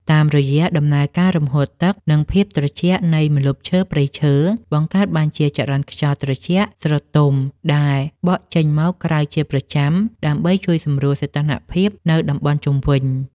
តាមរយៈដំណើរការរំហួតទឹក និងភាពត្រជាក់នៃម្លប់ឈើព្រៃឈើ បង្កើតបានជាចរន្តខ្យល់ត្រជាក់ស្រទុំដែលបក់ចេញមកក្រៅជាប្រចាំ ដើម្បីជួយសម្រួលសីតុណ្ហភាពនៅតំបន់ជុំវិញ។